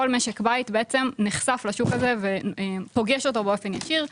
כל משק בית נחשף לשוק הזה ופוגש אותו באופן ישיר,